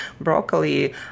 broccoli